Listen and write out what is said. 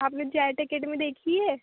आपने Z Academy देखी है